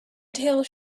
tales